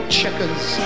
checkers